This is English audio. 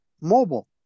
mobile